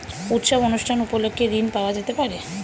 উৎসব অনুষ্ঠান উপলক্ষে ঋণ পাওয়া যেতে পারে?